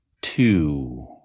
two